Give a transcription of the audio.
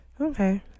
Okay